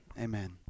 Amen